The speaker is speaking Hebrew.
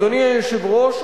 אדוני היושב-ראש,